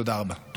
תודה רבה, אדוני.